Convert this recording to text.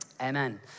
Amen